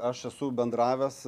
aš esu bendravęs